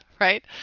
right